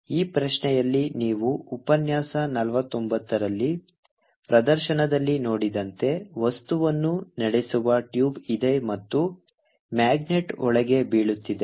ಈ ಪ್ರಶ್ನೆಯಲ್ಲಿ ನೀವು ಉಪನ್ಯಾಸ ನಲವತ್ತೊಂಬತ್ತರಲ್ಲಿ ಪ್ರದರ್ಶನದಲ್ಲಿ ನೋಡಿದಂತೆ ವಸ್ತುವನ್ನು ನಡೆಸುವ ಟ್ಯೂಬ್ ಇದೆ ಮತ್ತು ಮ್ಯಾಗ್ನೆಟ್ ಒಳಗೆ ಬೀಳುತ್ತಿದೆ